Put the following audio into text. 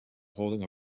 holding